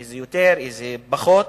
איזה יותר ואיזה פחות,